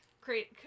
create-